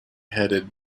headed